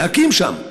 להקים שם.